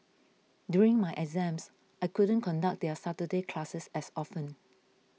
during my exams I couldn't conduct their Saturday classes as often